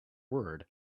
word